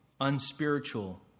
unspiritual